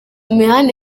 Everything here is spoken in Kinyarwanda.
mihanda